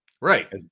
Right